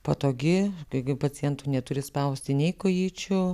patogi kai pacientui neturi spausti nei kojyčių